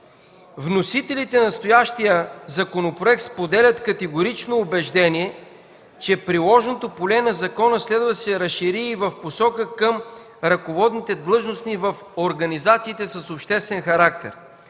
Вносителите на настоящия законопроект споделят категорично убеждение, че приложното поле на закона следва да се разшири и в посока към ръководните длъжности в организациите с обществен характер.